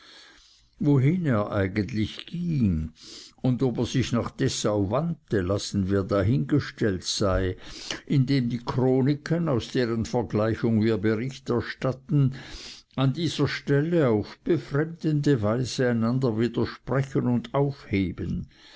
wohin er eigentlich ging und ob er sich nach dessau wandte lassen wir dahingestellt sein indem die chroniken aus deren vergleichung wir bericht erstatten an dieser stelle auf befremdende weise einander widersprechen und aufheben